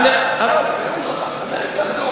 אתה משתמש בשיטות קנטור.